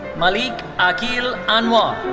malik aqeel anwar.